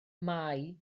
mai